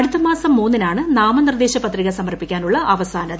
അടുത്ത മാസംമൂന്നിനാണ് നാമനിർദ്ദേശ പത്രികസമർപ്പിക്കാനുള്ള അവസാന ദിനം